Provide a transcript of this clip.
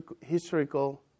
historical